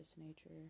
nature